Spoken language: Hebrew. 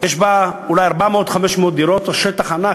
יש בה אולי 400 500 דירות על שטח ענק,